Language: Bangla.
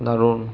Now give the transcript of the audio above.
দারুণ